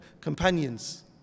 companions